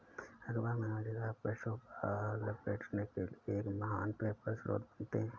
अख़बार में मज़ेदार पृष्ठ उपहार लपेटने के लिए एक महान पेपर स्रोत बनाते हैं